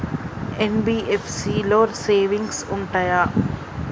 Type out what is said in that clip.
NBFC లో savings ఉంటయా?